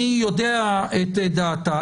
אני יודע את דעתה,